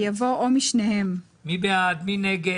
יבוא "או משניהם" מי בעד, מי נגד?